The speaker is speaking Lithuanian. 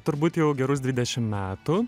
turbūt jau gerus dvidešimt metų